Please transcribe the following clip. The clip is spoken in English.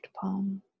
palm